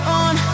on